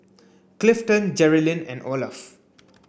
Clifton Jerrilyn and Olaf